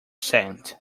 cent